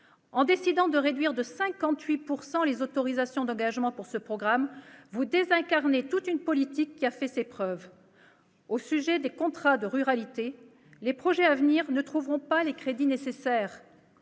En décidant de réduire de 58 % les autorisations d'engagement pour ce programme, vous désincarnez toute une politique qui a fait ses preuves. Au sujet des contrats de ruralité, les projets à venir ne trouveront pas les crédits nécessaires.